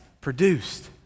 Produced